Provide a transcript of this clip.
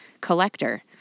collector